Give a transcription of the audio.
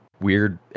weird